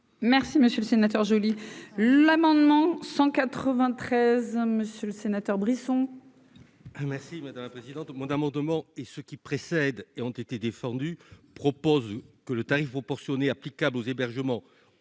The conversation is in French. Merci, monsieur le sénateur, joli, l'amendement 193 monsieur le sénateur Brisson. Merci madame la présidente au monde amendement et ce qui précède et ont été propose que le tarif proportionné applicable aux hébergements